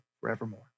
forevermore